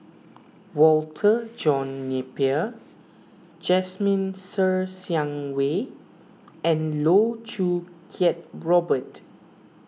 Walter John Napier Jasmine Ser Xiang Wei and Loh Choo Kiat Robert